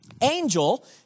angel